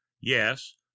Yes